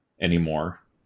anymore